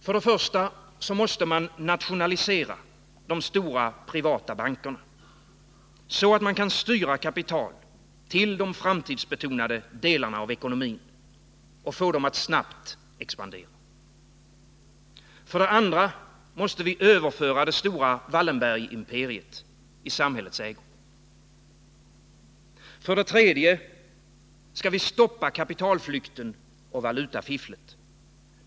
För det första måste man nationalisera de stora privata bankerna, så att man kan styra kapitalet till de framtidsbetonade delarna av ekonomin och få dem att snabbt expandera. För det andra måste vi överföra det stora Wallenbergimperiet i samhällets ägo. För det tredje skall vi stoppa kapitalflykten och valutafifflet.